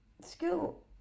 school